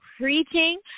preaching